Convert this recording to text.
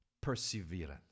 perseverance